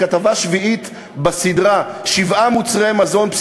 כתבה שביעית בסדרה: "שבעה מוצרי מזון",